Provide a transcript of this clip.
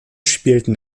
spielten